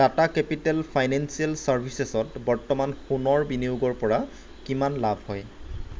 Tata capital financial চাৰ্ভিচেছত বৰ্তমান সোণৰ বিনিয়োগৰপৰা কিমান লাভ হয়